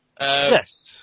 Yes